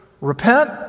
repent